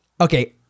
okay